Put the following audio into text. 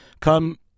come